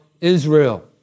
Israel